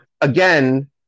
again